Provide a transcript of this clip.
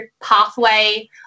pathway